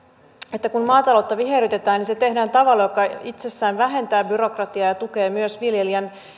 että kun maataloutta viherrytetään niin se tehdään tavalla joka itsessään vähentää byrokratiaa ja tukee myös viljelijän